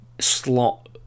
slot